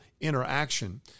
interaction